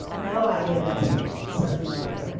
no idea of executions, certainly no